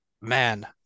Man